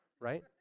right